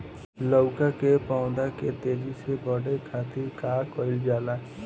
लउका के पौधा के तेजी से बढ़े खातीर का कइल जाला?